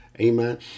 Amen